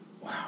wow